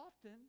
often